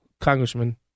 Congressman